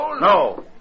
No